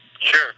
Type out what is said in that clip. Sure